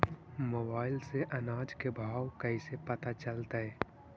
Mobile से अनाज के भाव कैसे पता चलतै?